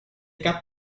cap